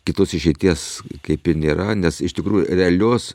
kitos išeities kaip ir nėra nes iš tikrųjų realios